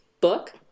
book